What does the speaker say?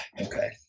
Okay